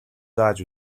зааж